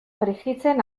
frijitzen